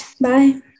Bye